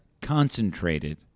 concentrated